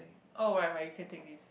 oh right but you can take this